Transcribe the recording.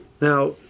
Now